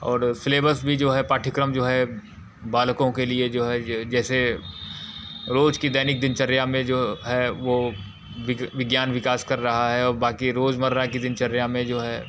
और सिलेबस भी जो है पाठ्यक्रम जो है बालकों के लिए जो है जैसे रोज़ की दैनिक दिनचर्या में जो है वह विज्ञान विकास कर रहा है और बाकी रोज़मर्रा की दिनचर्या में जो है